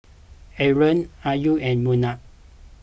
Aaron Ayu and Munah